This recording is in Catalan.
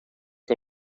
que